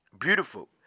beautiful